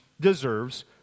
deserves